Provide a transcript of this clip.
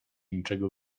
niczego